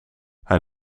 hij